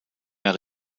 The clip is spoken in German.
mehr